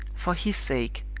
for his sake.